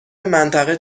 منطقه